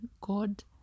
God